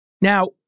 Now